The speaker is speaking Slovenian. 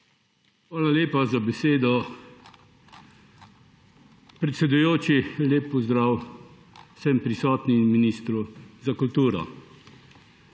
Hvala lepa za besedo, predsedujoči. Lep pozdrav vsem prisotnim in ministru za kulturo.